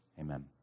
Amen